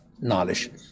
Knowledge